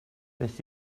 beth